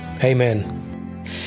Amen